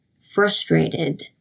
frustrated